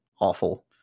awful